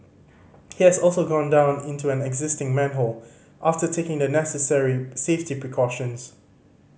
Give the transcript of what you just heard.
he has also gone down into an existing manhole after taking the necessary safety precautions